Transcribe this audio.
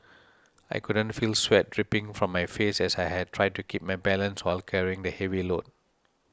I could feel sweat dripping from my face as I tried to keep my balance while carrying the heavy load